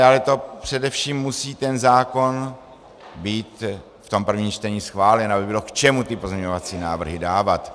Ale to především musí ten zákon být v prvním čtení schválen, aby bylo k čemu ty pozměňovací návrhy dávat.